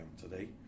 today